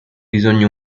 bisogni